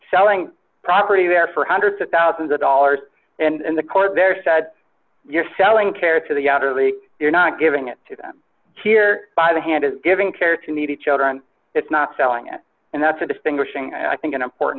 selling property there for hundreds of thousands of dollars and the court there said you're selling care to the out early you're not giving it to them here by the hand is giving care to needy children it's not selling it and that's a distinguishing i think an important